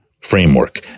framework